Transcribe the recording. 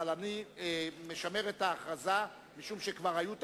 אבל אני משמר את ההכרזה, משום שכבר היו תקדימים,